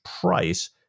price